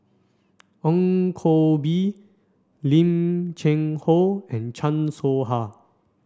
Ong Koh Bee Lim Cheng Hoe and Chan Soh Ha